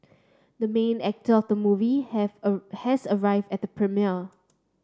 the main actor of the movie have a has arrive at the premiere